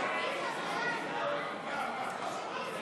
העברת הצעת חוק להסדר ההימורים בספורט (תיקון מס'